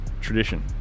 tradition